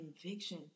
conviction